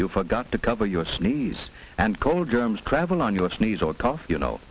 you forgot to cover your sneeze and cold germs travel on your sneeze or cough you know